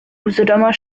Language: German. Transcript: usedomer